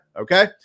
Okay